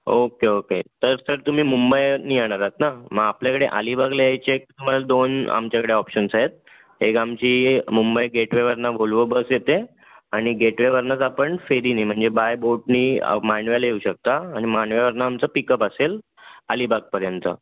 okay okay तर sir तुम्ही मुंबई ने येणार आहात ना मग आपल्याकडे अलिबागला यायचे एक तुम्हाला दोन आमच्याकडे ऑप्शन्स आहेत एक आमची मुंबई गेटवेवरून वोल्वो बस येते आणि गेटवेवरूनच आपण फेरीने म्हणजे बाय बोटने मांडव्याला येऊ शकता आणि मांडव्यावरून आमचं पिक अप असेल अलिबागपर्यंत